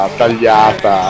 tagliata